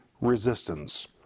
resistance